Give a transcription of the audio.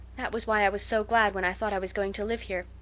that was why i was so glad when i thought i was going to live here.